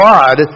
God